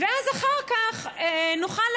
ואז אחר כך נוכל להמשיך.